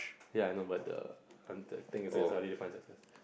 ya I know but the the thing says how do you define success